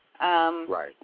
Right